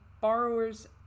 borrower's